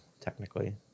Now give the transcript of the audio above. technically